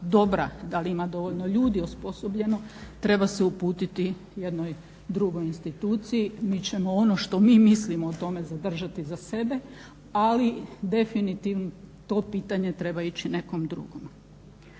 da li ima dovoljno ljudi osposobljeno treba se uputiti jednoj drugoj instituciji. Mi ćemo ono što mi mislimo o tome zadržati za sebe, ali definitivno to pitanje treba ići nekom drugom.